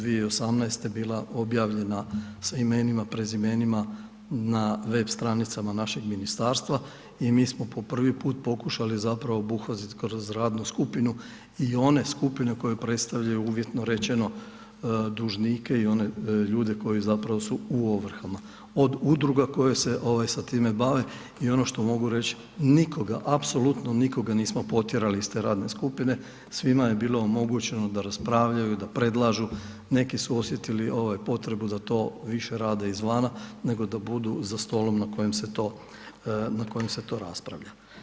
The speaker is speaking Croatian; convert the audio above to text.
2018. bila objavljena sa imenima, prezimenima na web stranicama našeg ministarstva i mi smo po prvi put pokušali zapravo obuhvatiti kroz radnu skupinu i one skupine koje predstavljaju uvjetno rečeno dužnike i one ljude koji zapravo su u ovrhama od udruga koje se sa time bave i ono što mogu reć, nikoga, apsolutno nikoga nismo potjerali iz te radne skupine, svima je bilo omogućeno da raspravljaju i da predlažu, neki su osjetili potrebu da to više rade izvana nego da budu za stolom na kojem se to raspravlja.